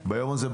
ביום הזה,